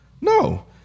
No